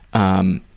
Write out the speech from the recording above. um,